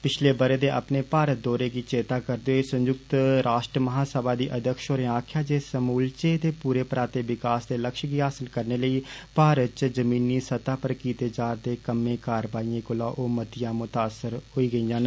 पिछले बरे दे अपने भारत दौरे गी चेता करदे होई संयुक्त राश्ट्र महासभा दी अध्यक्ष होरें आक्खेआ जे समूलचे ते पूरे पराते विकास दे लक्ष्यें गी हासल करने लेई भारत च जमीनी स्तह पर कीते जारदे कम्मे कारवाइएं कोला ओ मतियां मुतासर होइयां न